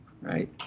right